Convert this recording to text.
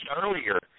earlier